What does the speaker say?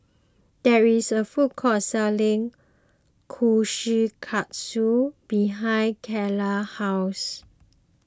there is a food court selling Kushikatsu behind Karla house